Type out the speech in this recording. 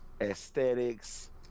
aesthetics